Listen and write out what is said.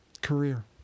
career